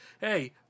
hey